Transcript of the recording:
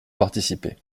participer